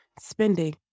spending